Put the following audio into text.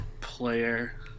player